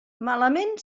malament